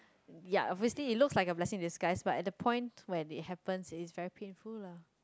yup obviously it looks like a blessing this guy but at the point where it happens is very painful lah